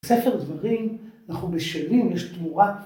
ספר דברים אנחנו בשלים יש תמורה.